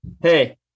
hey